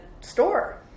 store